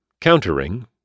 Countering